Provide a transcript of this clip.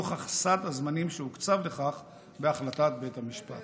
נוכח סד הזמנים שהוקצב לכך בהחלטת בית המשפט.